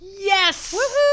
Yes